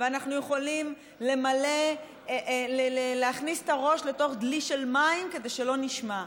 ואנחנו יכולים להכניס את הראש לתוך דלי של מים כדי שלא נשמע.